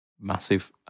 massive